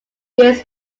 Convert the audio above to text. years